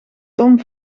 tom